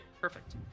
Perfect